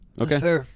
Okay